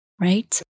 right